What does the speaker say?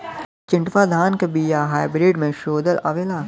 चिन्टूवा धान क बिया हाइब्रिड में शोधल आवेला?